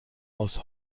aus